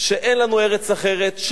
שאין לנו ארץ אחרת,